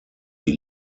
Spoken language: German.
die